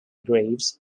greaves